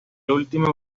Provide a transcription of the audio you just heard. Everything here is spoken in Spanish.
último